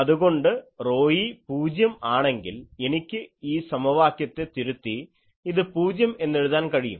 അതുകൊണ്ട് ρe പൂജ്യം ആണെങ്കിൽ എനിക്ക് ഈ സമവാക്യത്തെ തിരുത്തി ഇത് പൂജ്യം എന്ന് എഴുതാൻ കഴിയും